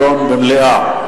תידונה במליאה.